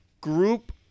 group